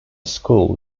school